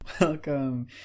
welcome